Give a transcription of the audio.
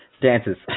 dances